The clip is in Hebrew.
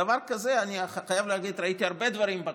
דבר כזה, אני חייב להגיד, ראיתי הרבה דברים בכנסת.